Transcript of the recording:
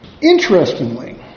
Interestingly